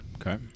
Okay